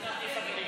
חתונה בלי חברים.